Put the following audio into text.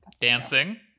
Dancing